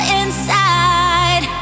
inside